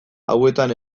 hauetan